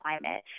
climate